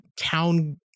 town